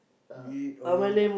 be it on